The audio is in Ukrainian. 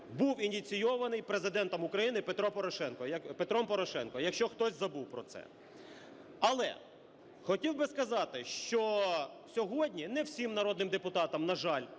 був ініційований Президентом України Петром Порошенком, якщо хтось забув про це. Але хотів би сказати, що сьогодні не всім народним депутатам, на жаль,